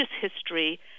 history